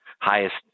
highest